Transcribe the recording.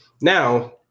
Now